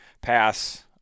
pass